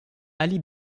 ali